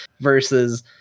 versus